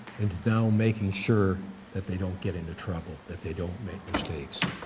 into now making sure that they don't get into trouble, that they don't make mistakes.